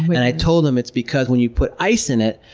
and i told them, it's because when you put ice in it,